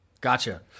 Gotcha